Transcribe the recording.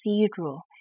cathedral